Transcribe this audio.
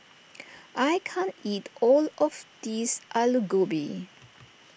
I can't eat all of this Alu Gobi